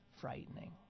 frightening